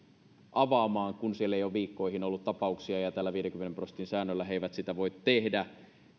avautumaan kun siellä ei ole viikkoihin ollut tapauksia ja ja tällä viidenkymmenen prosentin säännöllä he eivät sitä voi tehdä